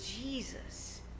Jesus